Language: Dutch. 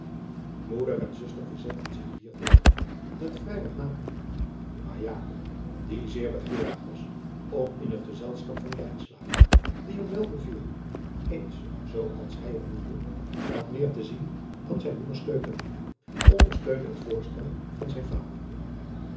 moeder en zuster verzetten zich hier tegen met vrij wat nadruk maar jakob die zeer begeerig was om in het gezelschap van lijnslager die hem wel beviel eens zoo als hij het noemde wat meer te zien dan zijn moeders keuken ondersteunde het voorstel van zijn vader